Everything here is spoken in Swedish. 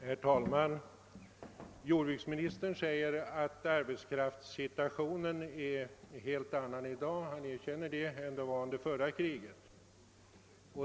Herr talman! Jordbruksministern erkänner att arbetskraftssituationen i dag är en helt annan än under förra kriget.